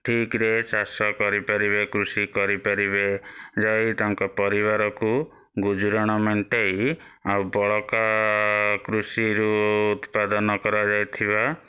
ଠିକ୍ରେ ଚାଷ କରିପାରିବେ କୃଷି କରିପାରିବେ ଯାଇ ତାଙ୍କ ପରିବାରକୁ ଗୁଜୁରାଣ ମେଣ୍ଟାଇ ଆଉ ବଳକା କୃଷିରୁ ଉତ୍ପାଦନ କରାଯାଇଥିବା